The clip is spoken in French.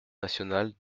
nationale